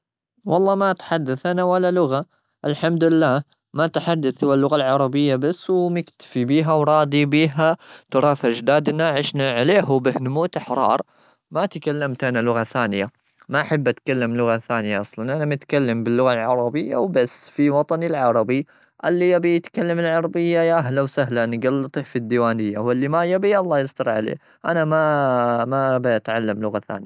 والله ما أتحدث أنا ولا لغة، الحمد لله. ما أتحدث سوى اللغة العربية بس، ومكتفي بيها وراضي بيها. تراث أجدادنا عشنا عليه وبه نموت أحرار. ما تكلمت أنا لغة ثانية، ما أحب أتكلم لغة ثانية. أصلا أنا متكلم باللغة العربية وبس في وطني العربي. اللي يبي يتكلم العربية، يا أهلا وسهلا، نجلطه في الديوانية، واللي ما يبي، الله يستر عليه. أنا ما-ما أبي أتعلم لغة ثانية.